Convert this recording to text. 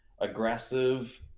aggressive